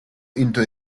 into